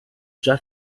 già